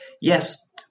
yes